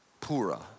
Pura